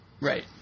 right